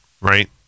right